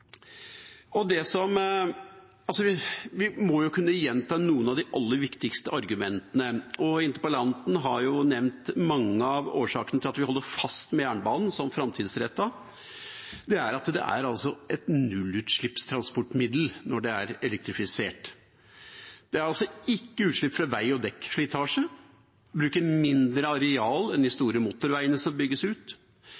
må jo kunne gjenta noen av de aller viktigste argumentene, og også interpellanten har nevnt mange av årsakene, til at vi holder fast ved jernbanen som framtidsrettet. Det er et nullutslippstransportmiddel når det er elektrifisert. Det er ikke utslipp fra vei- og dekkslitasje. Det bruker mindre areal enn de